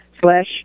slash